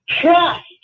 Trust